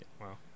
wow